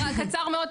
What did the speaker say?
קצר מאוד,